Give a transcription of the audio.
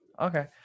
Okay